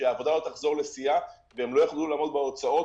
כשהעבודה תחזור לשיאה והם לא יוכלו לעמוד בהוצאות,